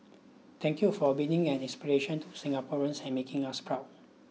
thank you for being an inspiration to Singaporeans and making us proud